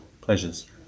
Pleasures